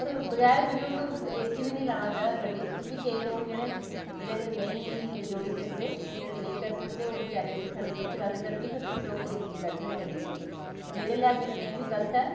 और बगैर जरुरत तों एसी बी नेईं लाना चाहिदा गड्डी च क्योंकि केईं लोक जेह्डे़ न जेह्डे़ नेई़़ं जोड़ी सकदे जेह्डे़ नेईं करी सकदे ओह् बचारे सड़क उप्पर फिरा दे गर्मी च और कुछ लोक एसी च बैठे दे गड्डियें च ते मेरे लेहाजे कन्नै एह् बी गल्त ऐ